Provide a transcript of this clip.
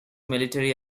military